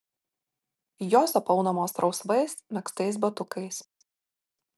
jos apaunamos rausvais megztais batukais